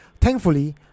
Thankfully